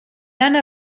none